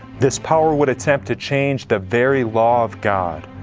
this power would attempt to change the very law of god.